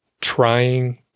trying